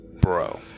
Bro